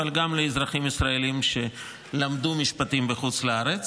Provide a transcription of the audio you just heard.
אבל גם לאזרחים ישראלים שלמדו משפטים בחוץ לארץ.